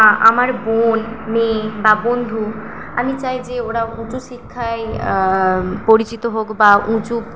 আমার বোন মেয়ে বা বন্ধু আমি চাই যে ওরা উচ্চশিক্ষায় পরিচিত হোক বা উঁচু